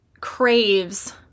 craves